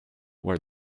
where